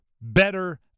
better